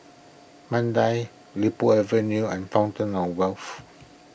Mandai Li Po Avenue and Fountain of Wealth